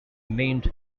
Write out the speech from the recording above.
named